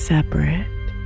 Separate